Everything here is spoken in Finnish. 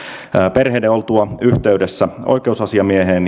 perheiden oltua yhteydessä oikeusasiamieheen